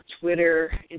Twitter